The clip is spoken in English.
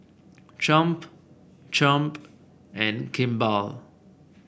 Triumph Triumph and Kimball